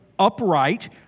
upright